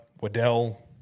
Waddell